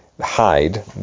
hide